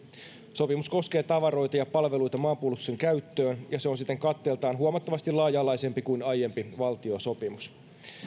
sopimus koskee tavaroita ja palveluita maanpuolustuksen käyttöön ja se on siten katteeltaan huomattavasti laaja alaisempi kuin aiempi valtiosopimus